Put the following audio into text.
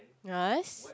rice